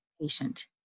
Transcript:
patient